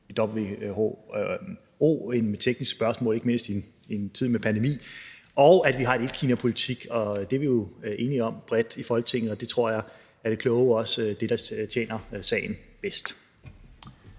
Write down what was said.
arbejder med i WHO, ikke mindst i en tid med pandemi; og at vi har en etkinapolitik Det er vi jo enige om bredt i Folketinget, og det tror jeg er det kloge og også er det, der tjener sagen bedst.